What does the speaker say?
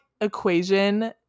equation